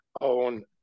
on